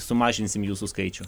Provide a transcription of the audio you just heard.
sumažinsim jūsų skaičių